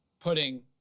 putting